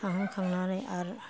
थांहोखांनानै आरो